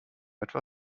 etwa